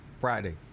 Friday